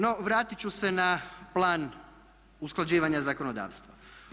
No, vratiti ću se na plan usklađivanja zakonodavstva.